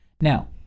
Now